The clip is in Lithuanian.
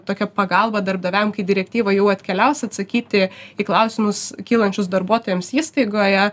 tokia pagalba darbdaviam kai direktyva jau atkeliaus atsakyti į klausimus kylančius darbuotojams įstaigoje